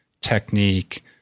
technique